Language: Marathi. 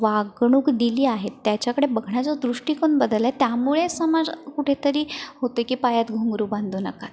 वागणूक दिली आहे त्याच्याकडं बघण्याचा दृष्टिकोन बदलला आहे त्यामुळे समाजात कुठंतरी होतं की पायात घुंगरू बांधू नकात